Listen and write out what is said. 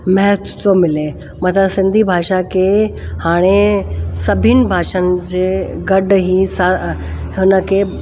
महत्व थो मिले मथां सिंधी भाषा के हाणे सभिनि भाषाउनि जे गॾु ही सां हुन खे